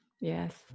Yes